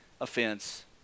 offense